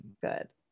good